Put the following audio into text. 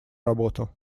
работу